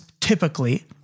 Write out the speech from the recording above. Typically